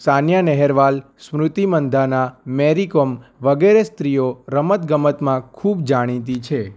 સાનયા નેહવાલ સ્મૃતિ મંધાના મેરી કોમ વગેરે સ્ત્રીઓ રમત ગમતમાં ખૂબ જાણીતી છે